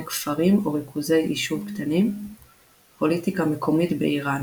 ובה יושבת המועצה המקומית של הנפה.